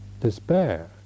despair